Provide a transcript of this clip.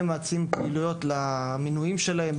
הם מציעים פעילויות למנויים שלהם,